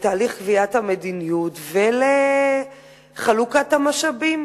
לתהליך קביעת המדיניות ולחלוקת המשאבים,